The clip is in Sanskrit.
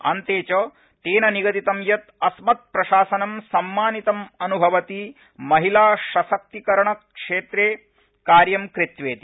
अन्ते च तेन निगदितं यत् अस्मत्प्रशासनम् सम्मानितमनुभवति महिलासशक्तिकरणक्षेत्रे कार्यं कृत्वेति